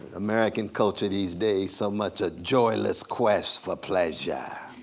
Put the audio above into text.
american culture these days, so much a joyless quest for pleasure.